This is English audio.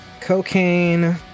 cocaine